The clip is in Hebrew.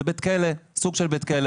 זה סוג של בית כלא.